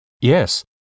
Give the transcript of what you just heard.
Yes